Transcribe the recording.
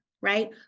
Right